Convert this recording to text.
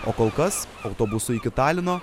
o kol kas autobusu iki talino